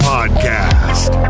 Podcast